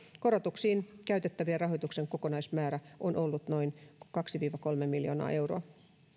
korotuksiin käytettävän rahoituksen kokonaismäärä on ollut noin kaksi viiva kolme miljoonaa euroa